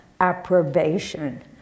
approbation